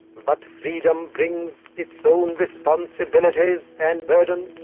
but freedom brings its own responsibilities and burdens,